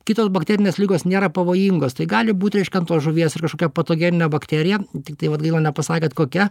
kitos bakterinės ligos nėra pavojingos tai gali būt reiškia ant tos žuvies ir kažkokia patogeninė bakterija tiktai vat gaila nepasakėt kokia